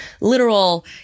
literal